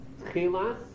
Tchilas